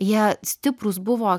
jie stiprūs buvo